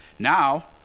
Now